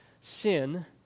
sin